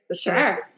Sure